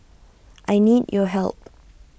I need your help